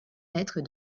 mètres